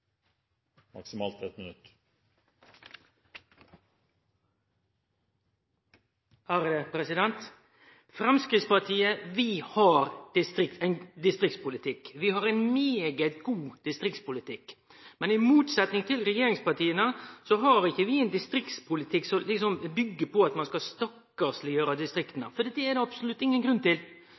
vi har ein veldig god distriktspolitikk. Men i motsetning til regjeringspartia har vi ikkje ein distriktspolitikk som byggjer på at ein skal stakkarsleggjere distrikta – det er det absolutt ingen grunn til.